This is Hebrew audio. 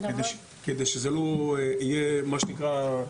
כדי שזה לא יהיה מה שנקרא,